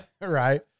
Right